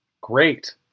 Great